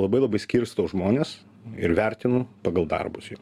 labai labai skirstau žmones ir vertinu pagal darbus jų